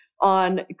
on